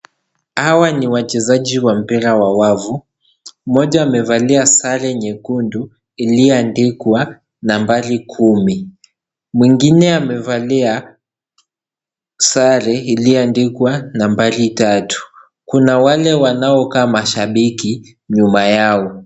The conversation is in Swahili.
Hawa ni wachezaji wa mpira wa wavu. Moja amevalia sare nyekundu iliyoandikwa nambari kumi. Mwingine amevalia sare iliyoandikwa nambari tatu. Kuna wale wanaokaa mashabiki nyuma yao.